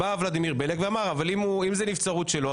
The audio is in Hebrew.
בא ולדימיר בליאק ואמר: אם זאת נבצרות שלו,